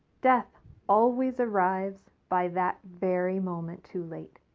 death always arrives by that very moment too late.